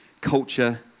culture